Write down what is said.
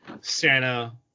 Santa